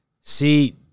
See